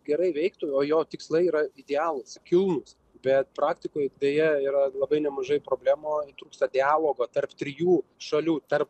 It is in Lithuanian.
gerai veiktų o jo tikslai yra idealūs kilnūs bet praktikoj deja yra labai nemažai problemų trūksta dialogo tarp trijų šalių tarp